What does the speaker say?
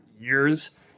years